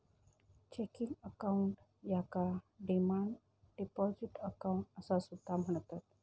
checking account याका demand deposit account असा सुद्धा म्हणतत